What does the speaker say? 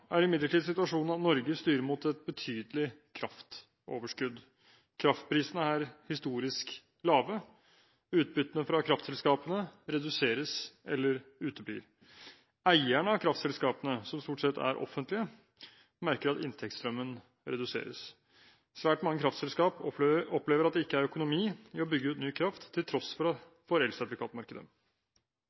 er imidlertid situasjonen at Norge styrer mot et betydelig kraftoverskudd, kraftprisene er historisk lave, utbyttene fra kraftselskapene reduseres eller uteblir. Eierne av kraftselskapene, som stort sett er offentlige, merker at inntektsstrømmen reduseres. Svært mange kraftselskap opplever at det ikke er økonomi i å bygge ut ny kraft, til tross for elsertifikatmarkedet.